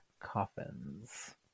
coffins